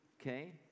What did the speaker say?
Okay